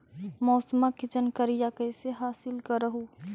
मौसमा के जनकरिया कैसे हासिल कर हू?